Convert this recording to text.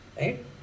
right